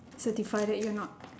certify that you are not